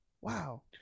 wow